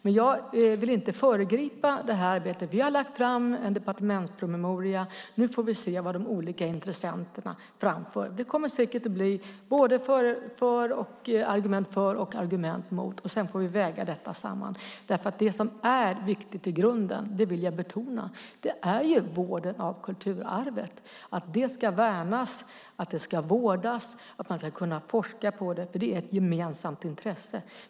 Jag vill inte föregripa arbetet. Vi har lagt fram en departementspromemoria. Nu får vi se vad de olika intressenterna framför. Det kommer säkert att bli både argument för och argument mot. Sedan får vi väga samman detta. Jag vill betona att det som är viktigt i grunden är vården av kulturarvet. Det ska värnas, det ska vårdas och man ska kunna forska på det. Det är ett gemensamt intresse.